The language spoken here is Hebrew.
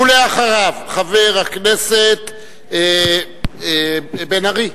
ואחריו, חבר הכנסת בן-ארי.